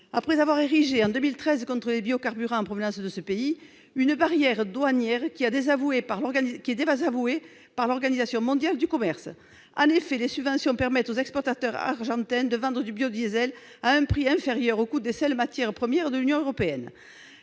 après avoir érigé en 2013 contre les biocarburants en provenance de ce pays une barrière douanière qui a été désavouée par l'Organisation mondiale du commerce. En effet, les subventions permettent aux exportateurs argentins de vendre du biodiesel à un prix inférieur au coût des seules matières premières dans l'Union européenne.